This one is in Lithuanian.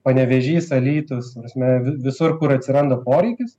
panevėžys alytus ta prasme vi visur kur atsiranda poreikis